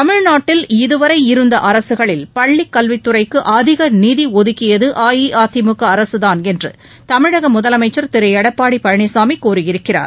தமிழ்நாட்டில் இதுவரை இருந்த அரசுகளில் பள்ளிக் கல்வித்துறைக்கு அதிக நிதி ஒதுக்கியது அஇஅதிமுக அரசுதான் என்று தமிழக முதலமைச்ச் திரு எடப்பாடி பழனிசாமி கூறியிருக்கிறார்